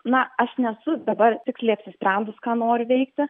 na aš nesu dabar tiksliai apsisprendus ką noriu veikti